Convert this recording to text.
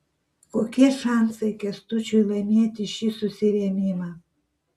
kokie šansai kęstučiui laimėti šį susirėmimą